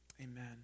amen